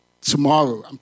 tomorrow